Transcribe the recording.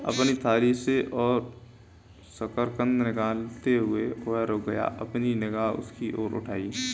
अपनी थाली से और शकरकंद निकालते हुए, वह रुक गया, अपनी निगाह उसकी ओर उठाई